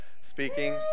speaking